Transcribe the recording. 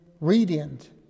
radiant